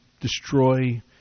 destroy